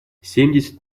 семьдесят